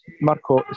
Marco